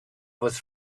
was